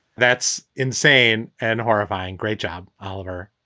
that's insane and horrifying. great job, oliver.